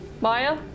maya